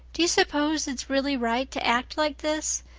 do you suppose it's really right to act like this?